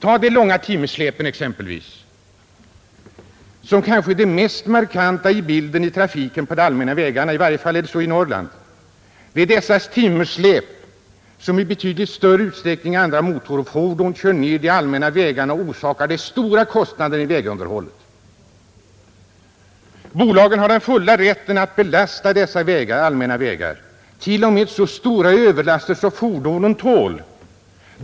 Ta de långa timmersläpen exempelvis, som kanske är det mest markanta i bilden av trafiken på de allmänna vägarna, I varje fall är det så i Norrland, Det är dessa timmersläp som i betydligt större utsträckning än andra motorfordon kör ned de allmänna vägarna och orsakar de stora kostnaderna i vägunderhållet. Bolagen har den fulla rätten att belasta de allmänna vägarna, t.o.m. med så stora överlaster som fordonen tål.